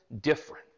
different